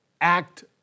act